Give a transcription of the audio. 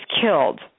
killed